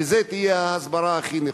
וזאת תהיה ההסברה הכי נכונה.